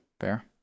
fair